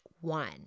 one